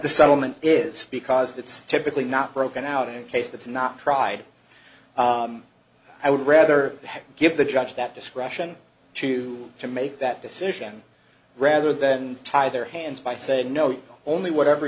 the settlement is because that's typically not broken out in a case that's not tried i would rather give the judge that discretion to to make that decision rather than tie their hands by saying no only whatever